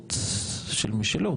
רציפות של משילות,